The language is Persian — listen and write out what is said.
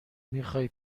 میخای